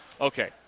Okay